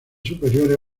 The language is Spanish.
superiores